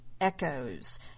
echoes